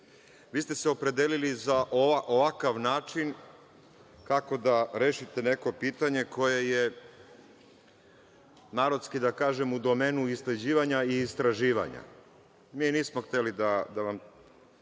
Vi ste se opredelili za ovakav način kako da rešite neko pitanje koje je narodski da kažem, u domenu isleđivanja i istraživanja. Mi nismo hteli da vam